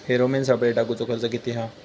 Pheromone सापळे टाकूचो खर्च किती हा?